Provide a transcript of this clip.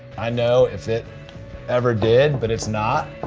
i know if it ever did, but it's not,